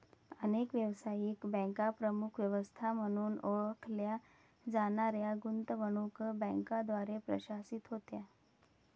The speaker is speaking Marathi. अनेक व्यावसायिक बँका प्रमुख व्यवस्था म्हणून ओळखल्या जाणाऱ्या गुंतवणूक बँकांद्वारे प्रशासित होत्या